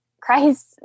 Christ